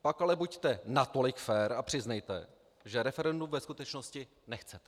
Pak ale buďte natolik fér a přiznejte, že referendum ve skutečnosti nechcete.